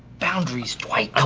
boundaries, dwight!